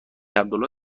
عبدالله